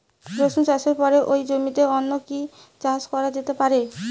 রসুন চাষের পরে ওই জমিতে অন্য কি চাষ করা যেতে পারে?